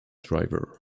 driver